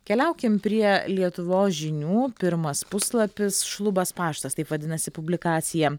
keliaukim prie lietuvos žinių pirmas puslapis šlubas paštas taip vadinasi publikacija